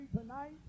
tonight